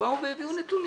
שבאו והביאו נתונים.